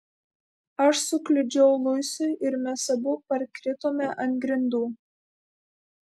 aš sukliudžiau luisui ir mes abu parkritome ant grindų